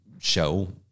show